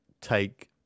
take